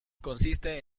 consiste